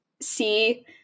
see